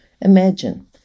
Imagine